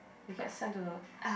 he get sent to the